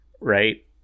right